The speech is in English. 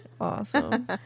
Awesome